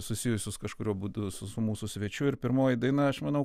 susijusius kažkuriuo būdu su su mūsų svečiu ir pirmoji daina aš manau